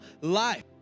life